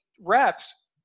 reps